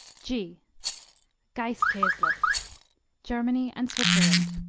g gaiskasli germany and switzerland